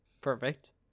Perfect